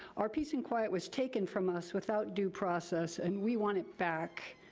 our peace and quiet was taken from us without due process, and we want it back.